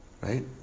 Right